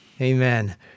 Amen